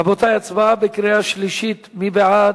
רבותי, הצבעה בקריאה שלישית, מי בעד?